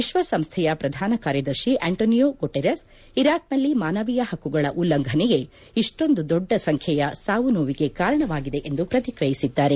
ವಿಶ್ವಸಂಸೈಯ ಪ್ರಧಾನ ಕಾರ್ಯದರ್ಶಿ Antonio Guterres ಇರಾಕ್ನಲ್ಲಿ ಮಾನವೀಯ ಪಕ್ಕುಗಳ ಉಲ್ಲಂಘನೆಯೇ ಇಷ್ಟೊಂದು ದೊಡ್ಡ ಸಂಖ್ಯೆಯ ಸಾವು ನೋವಿಗೆ ಕಾರಣವಾಗಿದೆ ಎಂದು ಪ್ರತಿಕ್ರಿಯಿಸಿದ್ದಾರೆ